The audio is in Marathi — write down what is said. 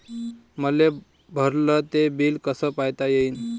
मले भरल ते बिल कस पायता येईन?